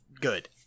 good